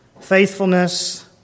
faithfulness